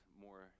more